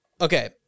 okay